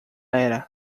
era